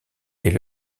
est